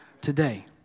today